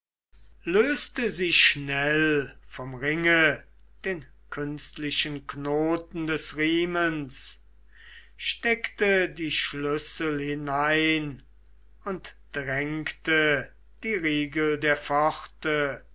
löste sie schnell vom ringe den künstlichen knoten des riemens steckte den schlüssel hinein und drängte die riegel der pforte